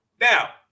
Now